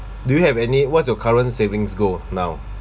do you have any what's your current savings goal now